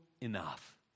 enough